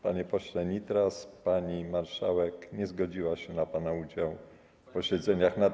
Panie pośle Nitras, pani marszałek nie zgodziła się na pana udział w posiedzeniach na tej sali.